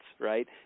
right